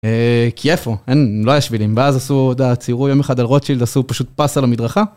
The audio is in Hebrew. כי איפה, לא היה שבילים, ואז עשו, צירו יום אחד על רוטשילד, עשו פשוט פס על המדרכה.